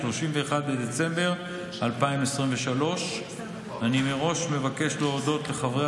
31 בדצמבר 2023. אני מראש מבקש להודות לחברי